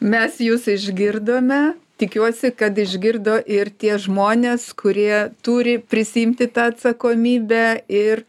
mes jus išgirdome tikiuosi kad išgirdo ir tie žmonės kurie turi prisiimti tą atsakomybę ir